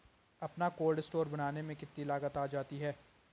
अपना cold store बनाने में कितनी लागत आ जाती है?